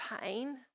pain